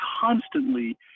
constantly –